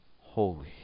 holy